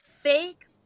Fake